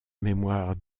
mémoire